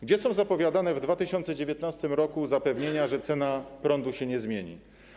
Gdzie są wypowiadane w 2019 r. zapewnienia, że cena prądu się nie zmieni?